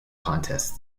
contests